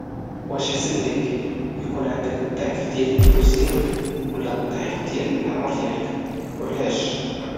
واش احسن ليك يكون عندك الضعف ديال الفلوس ولا الضعف ديال العمر ديالك وعلاش؟